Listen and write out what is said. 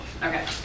Okay